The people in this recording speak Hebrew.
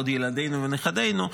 ועוד ילדינו ונכדינו,